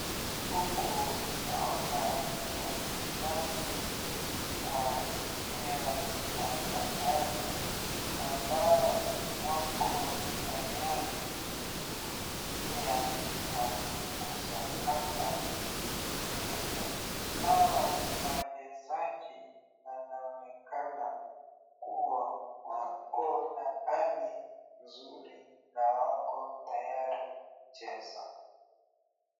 Huku naona wachezaji wa mpira wa kandanda ambao wako tayari kuingia na kusakata mpira, hao wachezaji wanaonekana kuwa na hali nzuri na wako tayari kucheza.